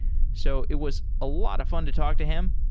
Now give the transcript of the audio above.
so, it was a lot of fun to talk to him,